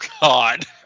God